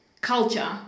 culture